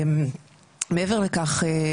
מעבר לכך,